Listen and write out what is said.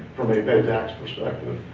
from a fed tax perspective.